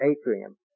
atrium